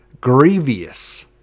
grievous